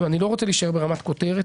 אני לא רוצה להישאר ברמת כותרת.